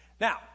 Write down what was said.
Now